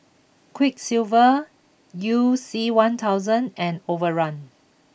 Quiksilver you C one thousand and Overrun